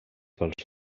pels